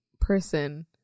person